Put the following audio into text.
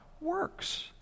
works